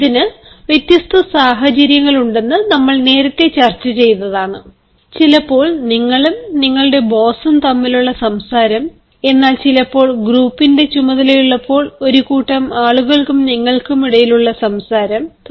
ഇതിനു വ്യത്യസ്ത സാഹചര്യങ്ങളുണ്ടെന്നു നമ്മൾ നേരത്തെ ചർച്ച ചെയ്തതാണ് ചിലപ്പോൾ നിങ്ങളും നിങ്ങളുടെ ബോസും തമ്മിലുള്ള സംസാരം എന്നാൽ ചിലപ്പോൾ ഗ്രൂപ്പിന്റെ ചുമതലയുള്ളപ്പോൾ ഒരു കൂട്ടം ആളുകൾക്കും നിങ്ങക്കിടയിലും ഉള്ള സംസാരം എല്ലാം